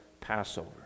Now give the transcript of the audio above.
Passover